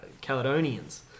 Caledonians